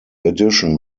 addition